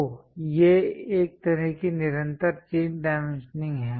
तो ये एक तरह की निरंतर चेन डाइमेंशनिंग हैं